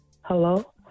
Hello